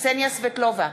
קסניה סבטלובה,